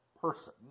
person